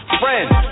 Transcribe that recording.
friends